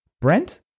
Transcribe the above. Brent